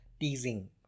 teasing